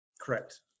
Correct